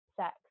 sex